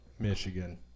Michigan